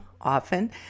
often